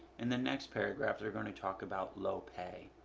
in the next paragraph, they're going to talk about low pay.